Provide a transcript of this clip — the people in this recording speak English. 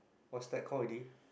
what's that already